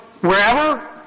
wherever